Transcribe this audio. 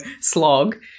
slog